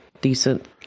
decent